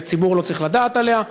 הציבור לא צריך לדעת עליה,